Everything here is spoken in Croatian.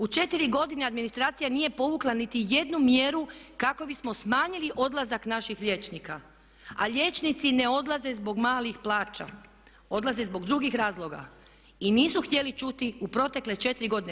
U 4 godine administracija nije povukla nitijednu mjeru kako bismo smanjili odlazak naših liječnika, a liječnici ne odlaze zbog malih plaća, odlaze zbog drugih razloga i nisu htjeli čuti u protekle 4 godine.